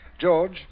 George